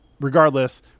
Regardless